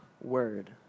word